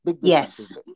Yes